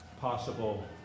possible